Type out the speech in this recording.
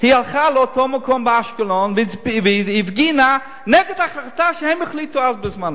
היא הלכה לאותו מקום באשקלון והפגינה נגד החלטה שהם החליטו אז.